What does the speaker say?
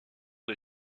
des